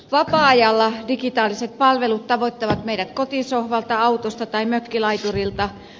vapaa ajalla digitaaliset palvelut tavoittavat meidät kotisohvalta autosta tai mökkilaiturilta